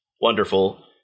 wonderful